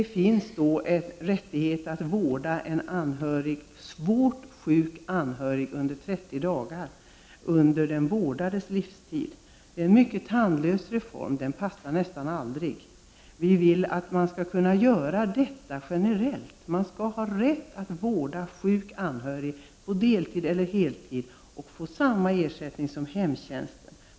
Man har rätt att vårda en svårt sjuk anhörig under 30 dagar av den vårdades livstid. Det är en mycket tandlös reform. Den passar nästan aldrig. Vi vill att man skall kunna göra detta generellt. Man skall ha rätt att vårda en sjuk anhörig på deltid eller heltid och få samma ersättning som inom hemtjänsten.